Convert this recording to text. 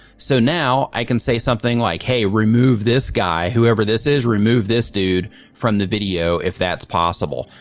so now i can say something like, hey, remove this guy, whoever this is, remove this dude from the video if that's possible.